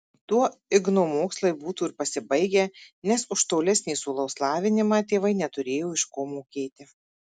tuo igno mokslai būtų ir pasibaigę nes už tolesnį sūnaus lavinimą tėvai neturėjo iš ko mokėti